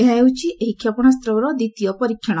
ଏହା ହେଉଛି ଏହି କ୍ଷେପଣାସ୍କର ଦ୍ୱିତୀୟ ପରୀକ୍ଷଣ